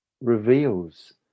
reveals